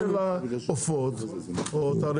מה הבעיה שבנושא של העופות או תרנגולות,